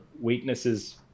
weaknesses